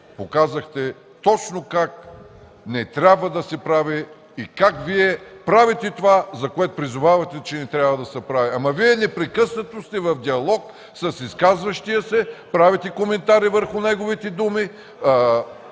показахте точно как не трябва да се прави и как Вие правите това, за което призовавате, че не трябва да се прави. Ама Вие непрекъснато сте в диалог с изказващия се, правите коментари върху неговите думи,